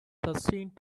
sustained